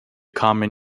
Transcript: common